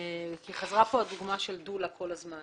כי חזרה פה הדוגמה של דולה כל הזמן